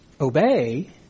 Obey